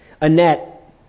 Annette